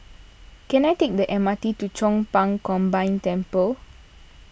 can I take the M R T to Chong Pang Combined Temple